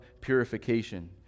purification